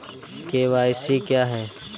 KYC क्या है?